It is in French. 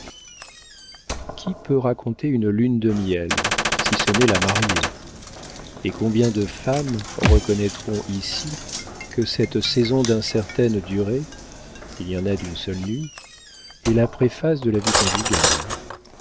qui peut raconter une lune de miel si ce n'est la mariée et combien de femmes reconnaîtront ici que cette saison d'incertaine durée il y en a d'une seule nuit est la préface de la vie conjugale